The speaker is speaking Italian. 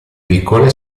piccole